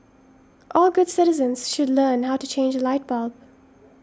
all good citizens should learn how to change a light bulb